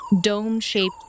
dome-shaped